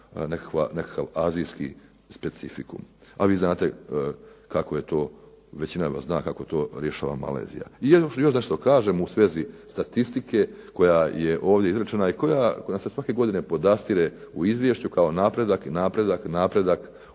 nekakav azijski specifikum. A vi znate, većina vas zna kako to rješava Malezije. I još da nešto kažem u svezi statistike koja je ovdje izrečena i koja se svake godine podastire u izvješću kao napredak, napredak, napredak